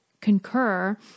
concur